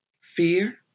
fear